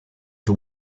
the